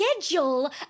schedule